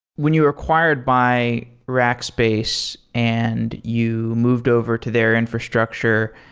when you were acquired by rackspace and you moved over to their infrastructure,